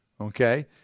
Okay